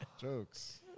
Jokes